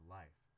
life